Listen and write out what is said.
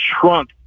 shrunk